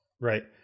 Right